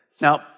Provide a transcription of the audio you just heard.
Now